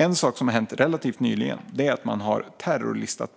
En sak som har hänt relativt nyligen är att man har terrorlistat